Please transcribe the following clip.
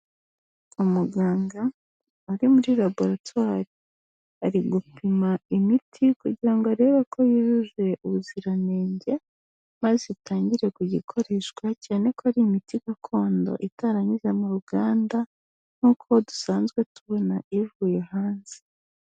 Umuganga uri muri rabaratware ari gupima imiti kugira ngo arebe ko yujuje ubuziranenge, maze itangire kugikoreshwa cyane ko ari imiti gakondo itaranyuze mu ruganda nk'uko dusanzwe tubona ivuye hanze.